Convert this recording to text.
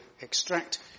extract